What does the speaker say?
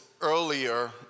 earlier